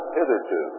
hitherto